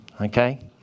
Okay